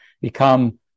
become